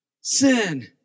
Sin